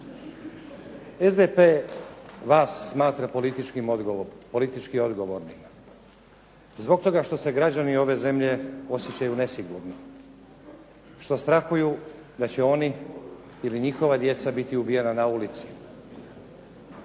SDP vas smatra politički odgovornima, zbog toga što se građani ove zemlje osjećaju nesigurno, što strahuju da će oni ili njihova djeca biti ubijena na ulici.